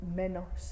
menos